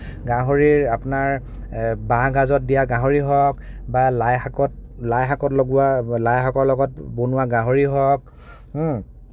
গাহৰিৰ আপোনাৰ বাঁহ গাজত দিয়া গাহৰি হওঁক বা লাইশাকত লাইশাকত লগোৱা লাইশাকৰ লগত বনোৱা গাহৰি হওঁক হুম